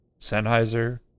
Sennheiser